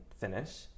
finish